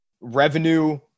revenue